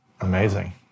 Amazing